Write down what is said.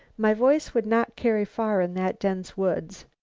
my voice would not carry far in that dense woods.